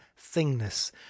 thingness